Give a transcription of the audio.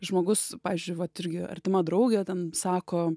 žmogus pavyzdžiui vat irgi artima draugė ten sako